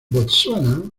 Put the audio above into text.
botsuana